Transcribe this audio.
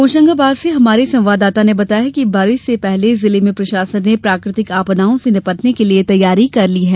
होशंगाबाद से हमारे संवाददाता ने बताया कि बारिश से पहले जिले में प्रशासन ने प्राकृतिक आपदाओं से निपटने के लिये तैयारी कर ली है